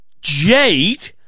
jade